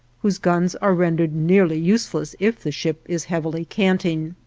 whose guns are rendered nearly useless if the ship is heavily canting.